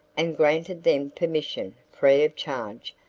and granted them permission, free of charge,